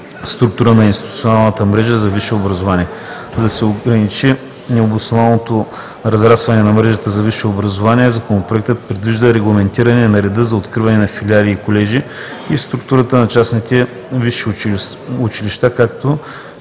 структура на институционалната мрежа за висше образование. За да се ограничи необоснованото разрастване на мрежата за висше образование, Законопроектът предвижда регламентиране на реда за откриване на филиали и колежи и в структурата на частните висши училища, както